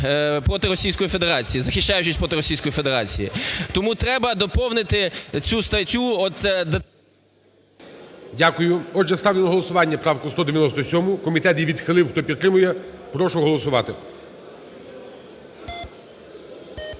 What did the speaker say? проти Російської Федерації, захищаючись проти Російської Федерації. Тому треба доповнити цю статтю от… ГОЛОВУЮЧИЙ. Дякую. Отже, ставлю на голосування правку 197, комітет її відхилив. Хто підтримує, прошу голосувати.